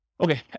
Okay